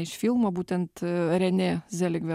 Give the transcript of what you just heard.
iš filmo būtent a rene zeligver